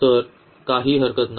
तर काही हरकत नाही